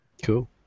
cool